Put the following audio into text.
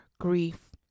grief